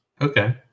Okay